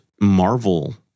Marvel